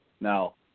Now